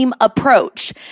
approach